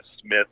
Smith